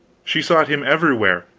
she sought him everywhere,